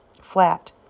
flat